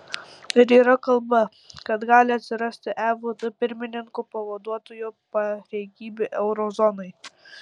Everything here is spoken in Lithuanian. ir yra kalba kad gali atsirasti evt pirmininko pavaduotojo pareigybė euro zonai